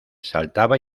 saltaba